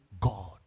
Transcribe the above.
God